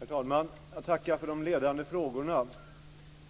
Herr talman! Jag tackar för de ledande frågorna.